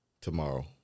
tomorrow